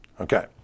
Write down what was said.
okay